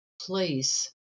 place